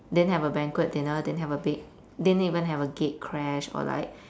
didn't have a banquet dinner didn't have a big didn't even have a gatecrash or like